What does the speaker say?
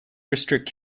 restrict